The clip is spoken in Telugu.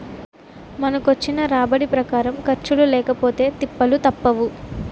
మనకొచ్చిన రాబడి ప్రకారం ఖర్చులు లేకపొతే తిప్పలు తప్పవు